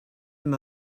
him